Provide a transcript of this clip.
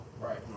Right